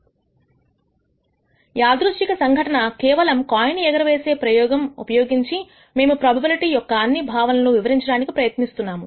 అనిర్దిష్టసంఘటన కేవలం కాయిన్ ఎగరవేసే ప్రయోగం ఉపయోగించి మేము ప్రోబబిలిటీ యొక్క అన్ని భావనలను వివరించడానికి ప్రయత్నిస్తాము